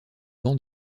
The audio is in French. bancs